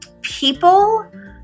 People